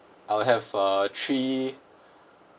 I'll have err three